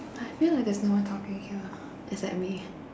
I feel like there is no one talking here ah is that me